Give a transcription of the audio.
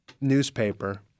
newspaper